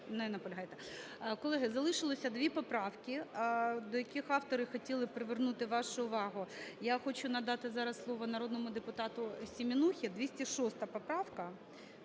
Колеги, залишилося дві поправка, до яких автори хотіли привернути вашу увагу. Я хочу надати зараз слово народному депутатуСеменусі, 206 поправка.